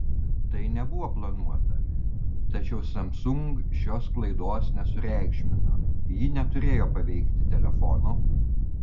tai nebuvo planuota tačiau samsung šios klaidos nesureikšmino ji neturėjo paveikti telefonų